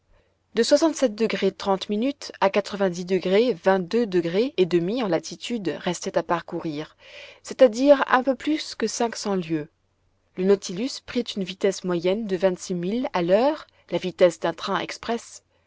de à vingt-deux degrés et demi en latitude restaient à parcourir c'est-à-dire un peu plus de cinq cents lieues le nautilus prit une vitesse moyenne de vingt-six milles à l'heure la vitesse d'un train express